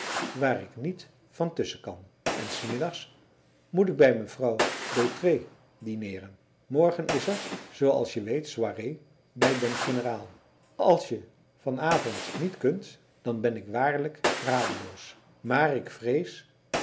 waar ik niet van tusschen kan en s middags moet ik bij mevrouw d'autré dineeren morgen is er zoo als je weet soirée bij den generaal als je van avond niet kunt dan ben ik waarlijk radeloos maar ik vrees